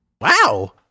Wow